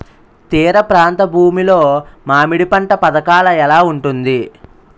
తీర ప్రాంత భూమి లో మామిడి పంట పథకాల ఎలా ఉంటుంది?